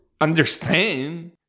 understand